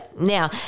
Now